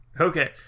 okay